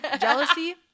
Jealousy